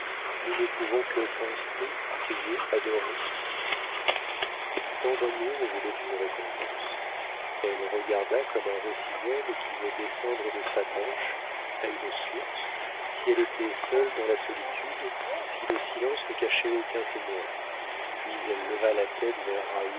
nous ne pouvons que penser prier adorer tant d'amour voulait une récompense elle regarda comme un rossignol qui veut descendre de sa branche à une source si elle était seule dans la solitude si le silence ne cachait aucun témoin puis elle leva la tête vers